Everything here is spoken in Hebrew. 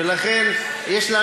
לא,